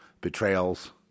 betrayals